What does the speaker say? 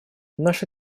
наша